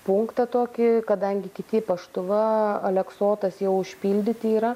punktą tokį kadangi kiti paštuva aleksotas jau užpildyti yra